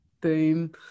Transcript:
boom